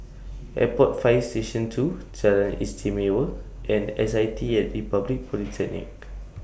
Airport Fire Station two Jalan Istimewa and S I T At Republic Polytechnic